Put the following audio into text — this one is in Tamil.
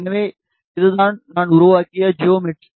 எனவே இதுதான் நான் உருவாக்கிய ஜியோமெட்ரிக்